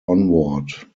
onward